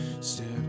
step